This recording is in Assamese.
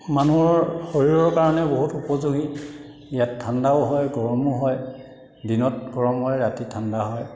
মানুহৰ শৰীৰৰ কাৰণেও বহুত উপযোগী ইয়াত ঠাণ্ডাও হয় গৰমো হয় দিনত গৰম হয় ৰাতি ঠাণ্ডা হয়